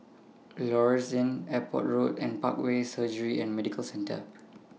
Lloyds Inn Airport Road and Parkway Surgery and Medical Centre